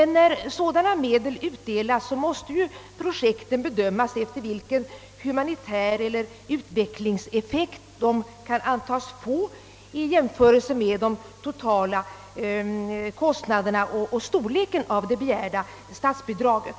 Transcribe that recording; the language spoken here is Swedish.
När sådana medel utdelas måste emellertid projekten bedömas med hänsyn till den humanitära eller utvecklingsmässiga effekt de kan antas få i jämförelse med de totala kostnaderna och storleken av det begärda statsbidraget.